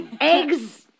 Eggs